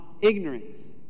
ignorance